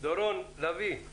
דורון לביא.